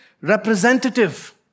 representative